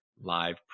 live